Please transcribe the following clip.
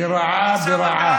על רעה ברעה.